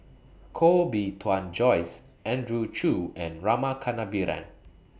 Koh Bee Tuan Joyce Andrew Chew and Rama Kannabiran